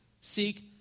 seek